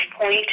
point